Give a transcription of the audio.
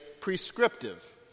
prescriptive